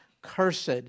Cursed